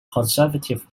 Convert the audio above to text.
conservative